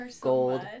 gold